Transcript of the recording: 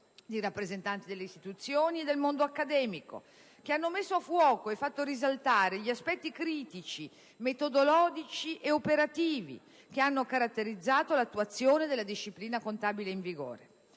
di rappresentati delle istituzioni e del mondo accademico, che hanno messo a fuoco e fatto risaltare gli aspetti critici, metodologici ed operativi che hanno caratterizzano l'attuazione della disciplina contabile in vigore.